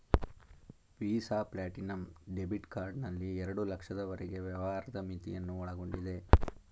visa platinum debit card ನಲ್ಲಿ ಎರಡು ಲಕ್ಷದವರೆಗೆ ವ್ಯವಹಾರದ ಮಿತಿಯನ್ನು ಒಳಗೊಂಡಿದೆ